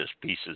pieces